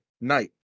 night